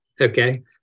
Okay